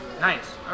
nice